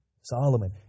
Solomon